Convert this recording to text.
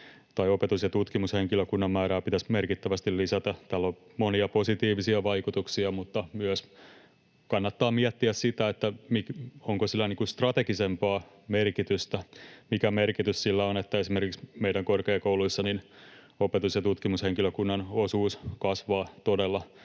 tai opetus- ja tutkimushenkilökunnan määrää pitäisi merkittävästi lisätä. Tällä on monia positiivisia vaikutuksia, mutta myös kannattaa miettiä sitä, onko sillä strategisempaa merkitystä: mikä merkitys sillä on, että esimerkiksi meidän korkeakouluissa opetus- ja tutkimushenkilökunnan osuus kasvaa todella